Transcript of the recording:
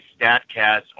Statcast